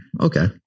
Okay